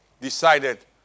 decided